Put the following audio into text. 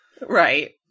Right